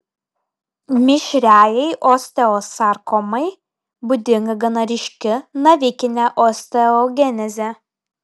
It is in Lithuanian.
mišriajai osteosarkomai būdinga gana ryški navikinė osteogenezė